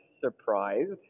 surprised